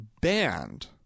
banned